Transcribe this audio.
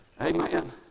Amen